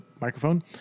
microphone